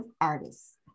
artists